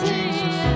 Jesus